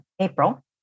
April